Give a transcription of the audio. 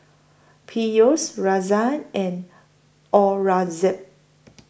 Peyush Razia and Aurangzeb